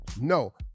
No